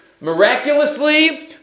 miraculously